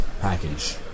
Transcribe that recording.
package